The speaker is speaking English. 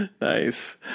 Nice